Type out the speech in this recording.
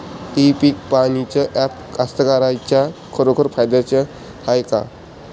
इ पीक पहानीचं ॲप कास्तकाराइच्या खरोखर फायद्याचं हाये का?